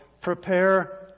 Prepare